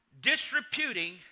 disreputing